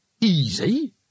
Easy